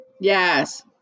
Yes